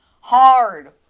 hard